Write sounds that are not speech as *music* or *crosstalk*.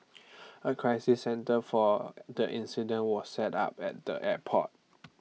*noise* A crisis centre for the incident was set up at the airport